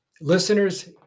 Listeners